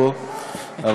אדוני ראש העיר,